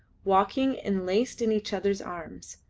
walking enlaced in each other's arms.